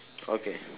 okay